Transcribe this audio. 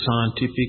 scientific